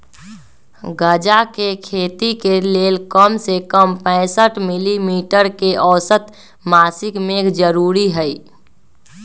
गजा के खेती के लेल कम से कम पैंसठ मिली मीटर के औसत मासिक मेघ जरूरी हई